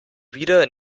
wieder